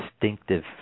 distinctive